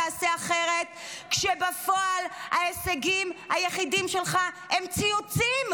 כשבפועל ההישגים היחידים שלך הם ציוצים,